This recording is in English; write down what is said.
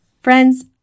Friends